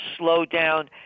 slowdown